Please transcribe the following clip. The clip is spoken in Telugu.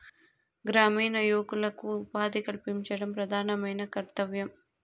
గ్రామీణ యువకులకు ఉపాధి కల్పించడం ప్రధానమైన కర్తవ్యం